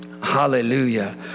hallelujah